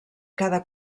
cada